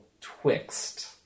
Twixt